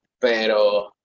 Pero